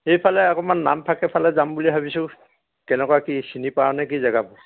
এইফালে অকণমান নামফাকেফালে যাম বুলি ভাবিছোঁ কেনেকুৱা কি চিনি পাও নেকি জেগাবোৰ